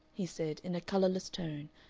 he said, in a colorless tone,